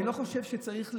אני לא חושב שצריך,